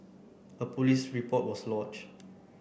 a police report was lodge